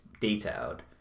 detailed